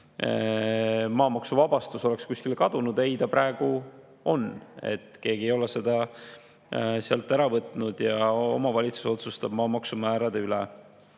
maa maksuvabastus kuskile kadunud – ei, see praegu on, keegi ei ole seda ära võtnud, ja omavalitsus otsustab maamaksumäärade üle.